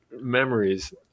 memories